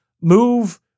move